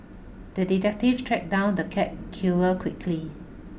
the detective tracked down the cat killer quickly